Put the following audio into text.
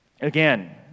Again